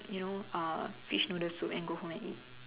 you know uh fish noodle soup and go home and eat